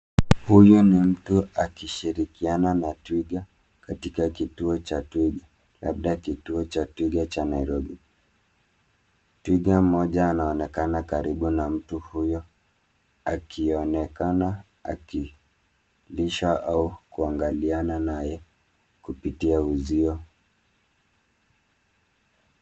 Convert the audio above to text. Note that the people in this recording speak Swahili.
Huyu ni mtu akishirikiana na twiga katika kituo cha twiga, labda kituo cha twiga cha Nairobi. Twiga mmoja anaonekana karibu na mtu huyu akionekana akilisha au kuangaliana naye kupitia uzio.